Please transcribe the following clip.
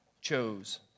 chose